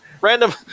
random